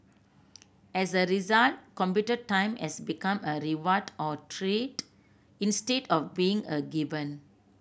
as a result computer time has become a reward or treat instead of being a given